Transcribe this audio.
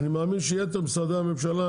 אני מאמין שיתר משרדי הממשלה